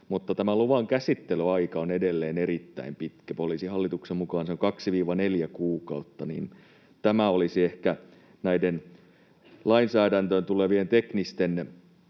niin tämän luvan käsittelyaika on edelleen erittäin pitkä. Koska Poliisihallituksen mukaan se on 2—4 kuukautta, tämä ehkä olisi näiden lainsäädäntöön tulevien teknisten